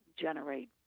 generate